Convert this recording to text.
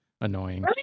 annoying